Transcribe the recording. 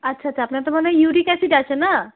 আচ্ছা আচ্ছা আপনার তো মনে হয় ইউরিক অ্যাসিড আছে না